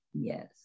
Yes